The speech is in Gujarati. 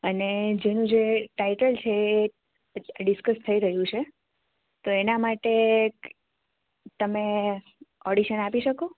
અને જેનું જે ટાઇટલ છે એ ડિસ્કસ થઈ રહ્યું છે તો એના માટે તમે ઓડીશન આપી શકો